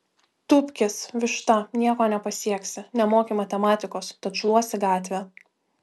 tūpkis višta nieko nepasieksi nemoki matematikos tad šluosi gatvę